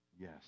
yes